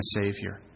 savior